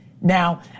Now